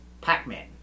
Pac-Man